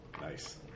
Nice